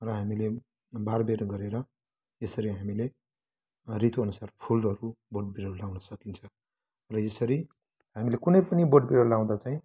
र हामीले बारबेर गरेर यसरी हामीले ऋतु अनुसार फुलहरू बोट बिरुवा लाउन सकिन्छ र यसरी हामीले कुनै पनि बोट बिरुवा लगाउँदा चाहिँ